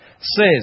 says